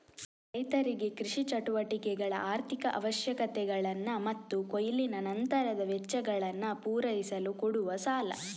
ರೈತರಿಗೆ ಕೃಷಿ ಚಟುವಟಿಕೆಗಳ ಆರ್ಥಿಕ ಅವಶ್ಯಕತೆಗಳನ್ನ ಮತ್ತು ಕೊಯ್ಲಿನ ನಂತರದ ವೆಚ್ಚಗಳನ್ನ ಪೂರೈಸಲು ಕೊಡುವ ಸಾಲ